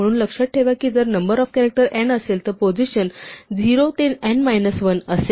म्हणून लक्षात ठेवा की जर नंबर ऑफ कॅरॅक्टर n असेल तर पोझिशन 0 ते n मायनस 1 असेल